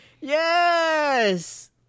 Yes